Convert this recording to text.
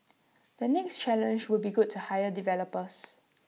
the next challenge would be good to hire developers